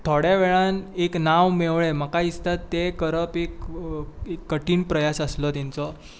थोडे वेळांत एक नांव मेवळें म्हाका दिसता तें करप एक कठीण प्रयास आसलो तेंचो